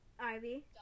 Ivy